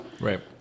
Right